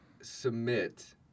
submit